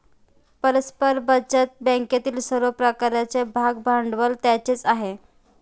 परस्पर बचत बँकेतील सर्व प्रकारचे भागभांडवल त्यांचेच आहे